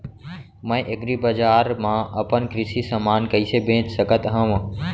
मैं एग्रीबजार मा अपन कृषि समान कइसे बेच सकत हव?